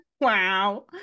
Wow